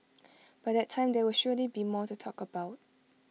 by that time there will surely be more to talk about